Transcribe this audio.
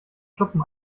schuppen